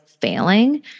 failing